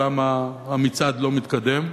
למה המצעד לא מתקדם?